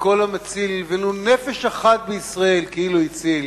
שכל המציל ולו נפש אחת בישראל כאילו הציל